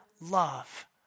love